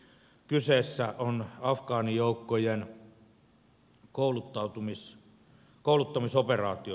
kyseessä on afgaanijoukkojen kouluttamisoperaatio